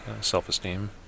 self-esteem